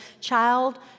child